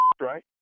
right